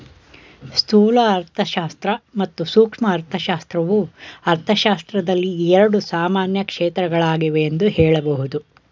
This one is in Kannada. ಸ್ಥೂಲ ಅರ್ಥಶಾಸ್ತ್ರ ಮತ್ತು ಸೂಕ್ಷ್ಮ ಅರ್ಥಶಾಸ್ತ್ರವು ಅರ್ಥಶಾಸ್ತ್ರದಲ್ಲಿ ಎರಡು ಸಾಮಾನ್ಯ ಕ್ಷೇತ್ರಗಳಾಗಿವೆ ಎಂದು ಹೇಳಬಹುದು